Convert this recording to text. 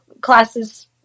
classes